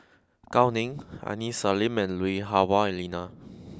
Gao Ning Aini Salim and Lui Hah Wah Elena